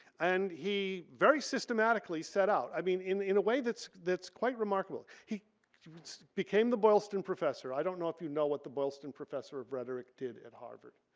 and he very systematically set out. i mean in in a way that's that's quite remarkable. he became the boylston professor. i don't know if you know what the boylston professor of rhetoric did at harvard.